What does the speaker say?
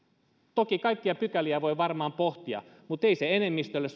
toki kaikkia pykäliä voi varmaan pohtia mutta ei enemmistölle